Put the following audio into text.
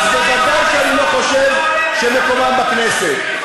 אז ודאי שאני לא חושב שמקומם בכנסת.